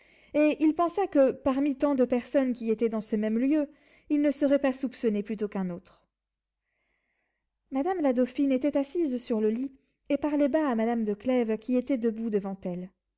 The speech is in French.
et il pensa que parmi tant de personnes qui étaient dans ce même lieu il ne serait pas soupçonné plutôt qu'un autre madame la dauphine était assise sur le lit et parlait bas à madame de clèves qui était debout devant elle